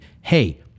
hey